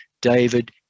David